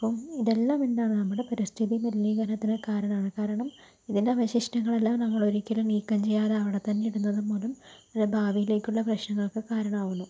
അപ്പോൾ ഇതെല്ലം എന്താണ് നമ്മുടെ പരിസ്ഥിതി മലിനീകരണത്തിന് കാരണമാണ് കാരണം ഇതിൻ്റെ അവശിഷ്ടങ്ങളെല്ലാം നമ്മള് ഒരിക്കലും നീക്കം ചെയ്യാതെ അവിടെ തന്നെ ഇടുന്നതു മൂലം അത് ഭാവിലേക്കുള്ള പ്രശ്നങ്ങൾക്ക് കാരണമാവുന്നു